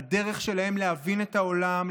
הדרך שלהם להבין את העולם,